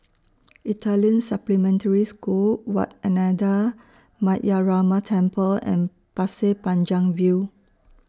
Italian Supplementary School Wat Ananda Metyarama Temple and Pasir Panjang View